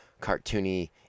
cartoony